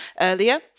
earlier